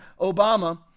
Obama